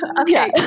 Okay